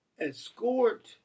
escort